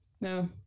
no